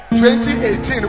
2018